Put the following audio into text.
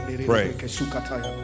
Pray